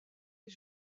est